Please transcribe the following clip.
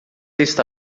está